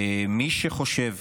מי שחושב